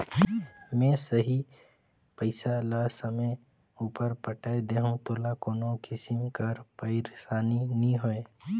में सही पइसा ल समे उपर पटाए देहूं तोला कोनो किसिम कर पइरसानी नी होए